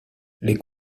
les